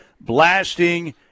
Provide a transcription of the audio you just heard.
blasting